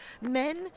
men